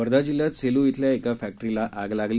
वर्धा जिल्ह्यात सेल् इथल्या एका फक्क्ट्रीला आग लागली